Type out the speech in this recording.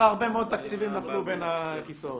הרבה מאוד תקציבים נפלו בין הכיסאות.